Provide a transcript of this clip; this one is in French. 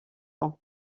ans